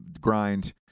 Grind